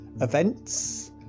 events